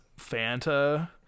Fanta